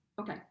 okay